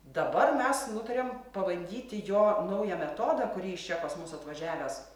dabar mes nutarėm pabandyti jo naują metodą kurį jis čia pas mus atvažiavęs